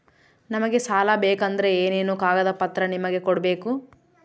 ನಮಗೆ ಸಾಲ ಬೇಕಂದ್ರೆ ಏನೇನು ಕಾಗದ ಪತ್ರ ನಿಮಗೆ ಕೊಡ್ಬೇಕು?